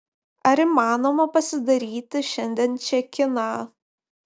ar įmanoma pasidaryti šiandien čekiną